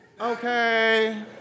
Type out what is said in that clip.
Okay